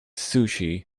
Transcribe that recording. sushi